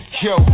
yo